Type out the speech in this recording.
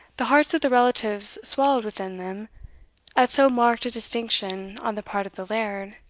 the hearts of the relatives swelled within them at so marked a distinction on the part of the laird